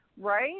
right